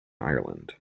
ireland